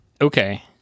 Okay